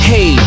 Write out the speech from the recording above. Hey